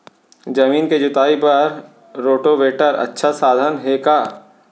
जमीन के जुताई बर रोटोवेटर अच्छा साधन हे का?